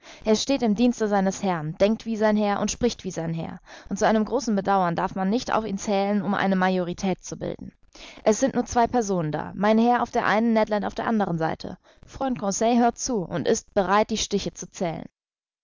er steht im dienste seines herrn denkt wie sein herr und spricht wie sein herr und zu seinem großen bedauern darf man nicht auf ihn zählen um eine majorität zu bilden es sind nur zwei personen da mein herr auf der einen ned land auf der anderen seite freund conseil hört zu und ist bereit die stiche zu zählen